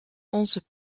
onze